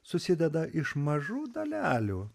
susideda iš mažų dalelių